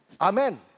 Amen